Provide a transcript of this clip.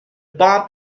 bomb